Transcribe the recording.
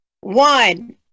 one